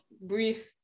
brief